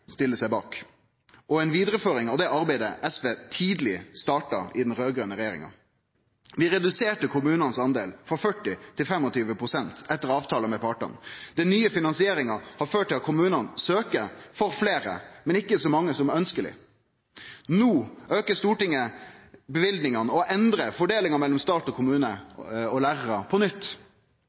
stiller seg bak, og er ei vidareføring av det arbeidet som SV tidleg starta i den raud-grøne regjeringa. Vi reduserte kommunanes del frå 40 pst. til 25 pst. etter avtale med partane. Den nye finansieringa har ført til at kommunane søkjer for fleire, men ikkje for så mange som ønskjeleg. No aukar Stortinget løyvingane og endrar fordelinga mellom stat og kommune og lærarar på nytt.